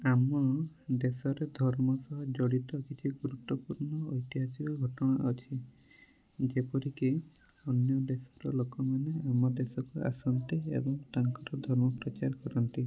ଆମ ଦେଶରେ ଧର୍ମ ସହ ଜଡ଼ିତ କିଛି ଗୁରୁତ୍ୱପୂର୍ଣ୍ଣ ଐତିହାସିକ ଘଟଣା ଅଛି ଯେପରି କି ଅନ୍ୟ ଦେଶର ଲୋକମାନେ ଆମ ଦେଶକୁ ଆସନ୍ତି ଏବଂ ତାଙ୍କର ଧର୍ମ ପ୍ରଚାର କରନ୍ତି